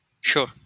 Sure